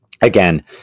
again